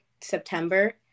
September